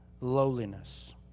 lowliness